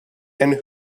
and